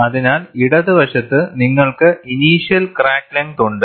അതിനാൽ ഇടത് വശത്ത് നിങ്ങൾക്ക് ഇനീഷ്യൽ ക്രാക്ക് ലെങ്ത് ഉണ്ട്